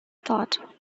thought